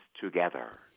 together